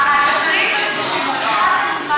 אדוני היושב-ראש,